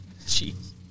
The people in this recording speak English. Jeez